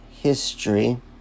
history